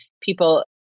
people